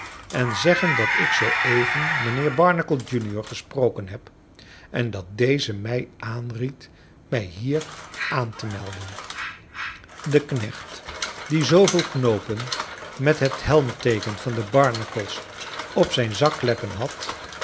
en zeggen dat ik zoo even mijnheer barnacle junior gesproken heb en dat deze mij aanried mij hier aan te melden de knecht die zooveel knoopen met het helmteeken van de barnacles op zijn zakkleppen had